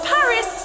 Paris